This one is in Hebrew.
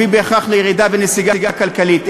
המביא בהכרח לירידה ונסיגה כלכלית,